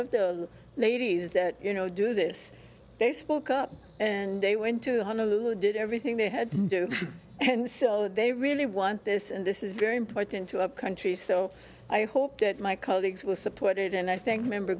of the ladies that you know do this they spoke up and they were in two hundred who did everything they had to do and so they really want this and this is very important to our country so i hope that my colleagues will support it and i think member